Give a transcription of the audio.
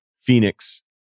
Phoenix